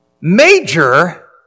Major